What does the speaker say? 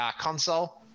console